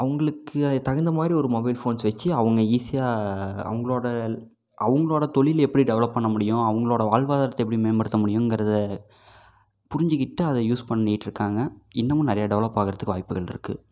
அவர்களுக்கு தகுந்த மாதிரி ஒரு மொபைல் ஃபோன்ஸ் வைச்சு அவங்க ஈஸியாக அவர்களோட அவர்களோட தொழில் எப்படி டெவலப் பண்ண முடியும் அவர்களோட வாழ்வாதாரத்தை எப்படி மேம்படுத்த முடியுங்கிறதை புரிஞ்சுக்கிட்டு அதை யூஸ் பண்ணிகிட்டு இருக்காங்க இன்னமும் நிறையா டெவலப் ஆகிறதுக்கு வாய்ப்புகள் இருக்குது